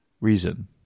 reason